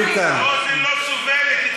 האוזן לא סובלת,